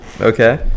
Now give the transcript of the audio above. Okay